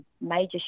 major